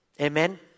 Amen